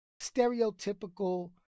stereotypical